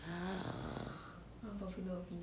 ha